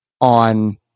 on